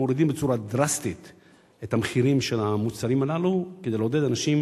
מורידים בצורה דרסטית את המחירים של המוצרים הללו כדי לעודד אנשים